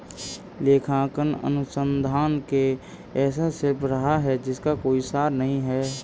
लेखांकन अनुसंधान एक ऐसा शिल्प रहा है जिसका कोई सार नहीं हैं